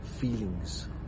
feelings